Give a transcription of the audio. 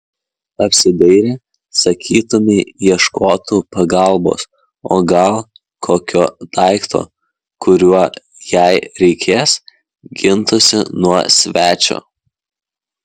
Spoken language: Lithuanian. apsidairė sakytumei ieškotų pagalbos o gal kokio daikto kuriuo jei reikės gintųsi nuo svečio